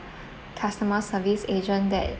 customer service agent that